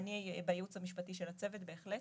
אני בייעוץ המשפטי של הצוות, בהחלט.